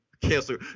Cancel